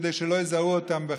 כדי שלא יזהו אותם בחרפתם.